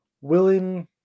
willing